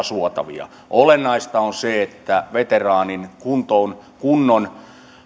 suotavia olennaista on se että veteraanin kunnon